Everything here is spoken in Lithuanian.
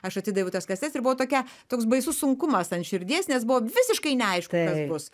aš atidaviau tas kasetes ir buvau tokia toks baisus sunkumas ant širdies nes buvo visiškai neaišku kas bus